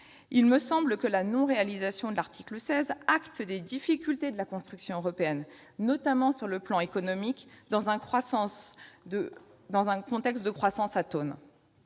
Il me semble que la non-réalisation de l'article 16 est surtout révélatrice des difficultés de la construction européenne, notamment sur le plan économique, dans un contexte de croissance économique